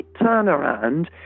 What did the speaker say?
turnaround